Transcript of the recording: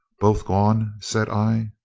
both gone? said i.